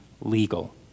legal